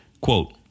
Quote